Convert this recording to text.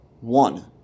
One